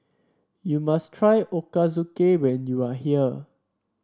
you must try Ochazuke when you are here